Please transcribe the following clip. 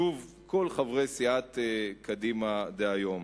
שוב, כל חברי סיעת קדימה דהיום.